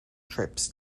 trips